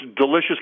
delicious